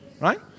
Right